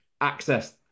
access